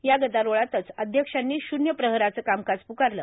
या गदारोळातच अध्यक्षांनी शून्य प्रहराचं कामकाज पुकारलं